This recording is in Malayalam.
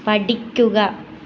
പഠിക്കുക